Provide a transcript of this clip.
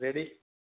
ready